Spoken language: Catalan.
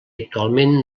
actualment